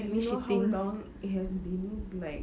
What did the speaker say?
do you know how long it has been it's like